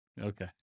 Okay